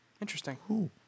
Interesting